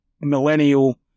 millennial